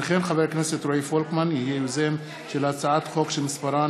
וחבר הכנסת רועי פולקמן יהיה יוזם של הצעת חוק שמספרה